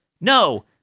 No